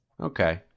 Okay